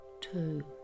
two